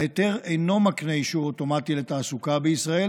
ההיתר אינו מקנה אישור אוטומטי לתעסוקה בישראל,